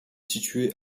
située